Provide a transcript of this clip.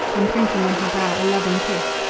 imprinting on her brow a loving kiss,